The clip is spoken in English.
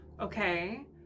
Okay